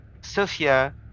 Sophia